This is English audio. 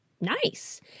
nice